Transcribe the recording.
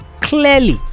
clearly